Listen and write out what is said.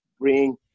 bring